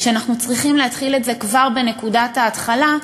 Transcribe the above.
שאנחנו צריכים להתחיל את זה כבר בנקודת ההתחלה,